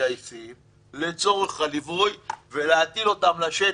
מגייסים לצורך הליווי ולהטיל אותם לשטח,